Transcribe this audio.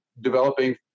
developing